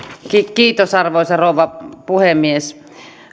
arvoisa rouva puhemies